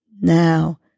Now